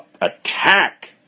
attack